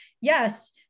yes